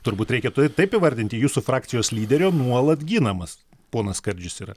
turbūt reikia tai taip įvardinti jūsų frakcijos lyderio nuolat ginamas ponas skardžius yra